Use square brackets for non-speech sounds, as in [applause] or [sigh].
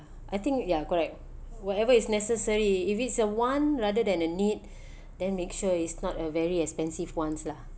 I think ya correct whatever is necessary if it's a want rather than a need [breath] then make sure is not a very expensive ones lah